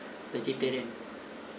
vegetarian